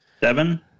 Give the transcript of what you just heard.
seven